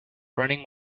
running